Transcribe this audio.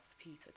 Peter